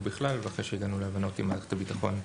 בכלל ואחרי שהגענו להבנות עם מערכת הביטחון,